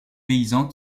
paysans